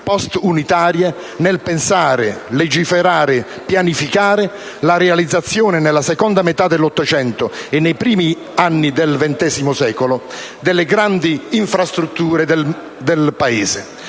*post* unitarie nel pensare, legiferare, pianificare la realizzazione, nella seconda metà dell'Ottocento e nei primi anni del XX secolo, delle grandi infrastrutture del Paese.